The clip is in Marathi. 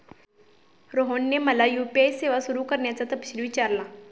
रोहनने मला यू.पी.आय सेवा सुरू करण्याचा तपशील विचारला